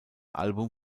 album